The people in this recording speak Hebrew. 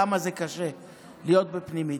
כמה זה קשה להיות בפנימית.